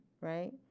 right